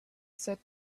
said